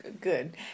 Good